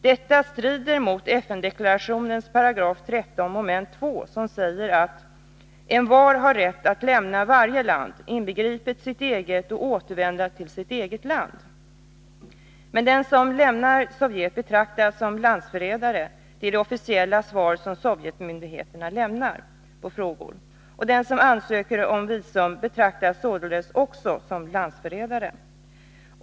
Det strider också mot FN-deklarationens 13 § 2 mom., som säger: ”Envar har rätt att lämna varje land, inbegripet sitt eget, och återvända till sitt eget land. Men den som lämnar Sovjet betraktas som landsförrädare. Det är det officiella svar som Sovjetmyndigheterna lämnar på frågor. Den som ansöker om visum betraktas således också som landsförrädare.